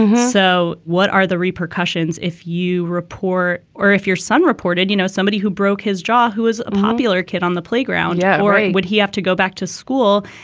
so what are the repercussions if you report or if your son reported, you know, somebody who broke his jaw, who is a popular kid on the playground? yeah. or would he have to go back to school?